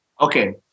Okay